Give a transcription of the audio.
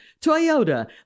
Toyota